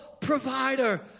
provider